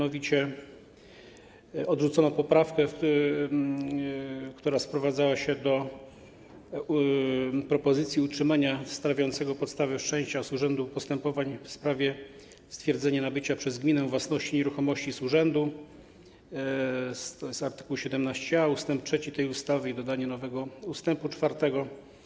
Odrzucono poprawkę, która sprowadzała się do propozycji utrzymania stanowiącego podstawę wszczęcia z urzędu postępowań w sprawie stwierdzenia nabycia przez gminę własności nieruchomości z urzędu, tj. art. 17a ust. 3 tej ustawy i dodatnie nowego ust. 4.